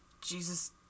Jesus